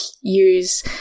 use